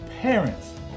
parents